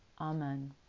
Amen